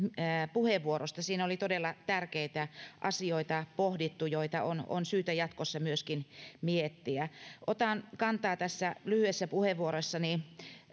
puheenvuorosta siinä oli todella tärkeitä asioita pohdittu joita on on syytä jatkossa myöskin miettiä otan kantaa tässä lyhyessä puheenvuorossani